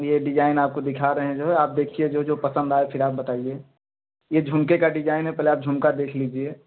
ये डिजाइन आपको दिखा रहे हैं जो है आप देखिए जो जो पसंद आए फिर आप बताइए ये झुमके का डिजाइन है पहले आप झुमका देख लीजिए